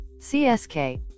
CSK